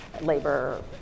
labor